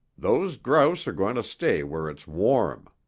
those grouse are going to stay where it's warm.